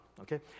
okay